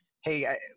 hey